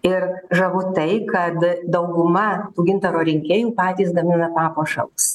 ir žavu tai kad dauguma gintaro rinkėjų patys gamina papuošalus